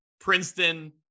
Princeton